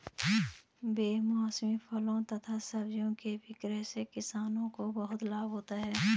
बेमौसमी फलों तथा सब्जियों के विक्रय से किसानों को बहुत लाभ होता है